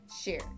share